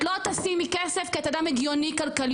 את לא תשימי כסף כי את אדם הגיוני כלכלית.